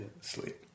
sleep